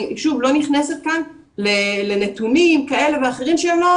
אני לא נכנסת כאן לנתונים כאלה ואחרים שהם לא